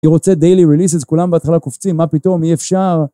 היא רוצה Daily Releases, כולם בהתחלה קופצים, מה פתאום, אי אפשר.